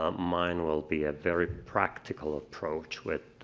um mine will be a very practical approach with